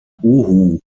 uhu